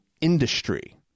industry